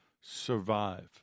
survive